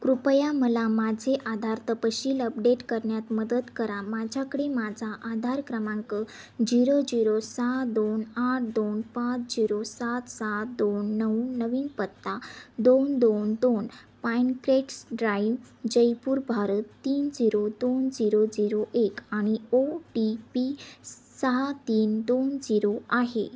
कृपया मला माझे आधार तपशील अपडेट करण्यात मदत करा माझ्याकडे माझा आधार क्रमांक जिरो जिरो सहा दोन आठ दोन पाच झिरो सात सात दोन नऊ नवीन पत्ता दोन दोन दोन पाईनक्रेट्स ड्राईव्ह जयपूर भारत तीन झिरो दोन झिरो झिरो एक आणि ओ टी पी सहा तीन दोन झिरो आहे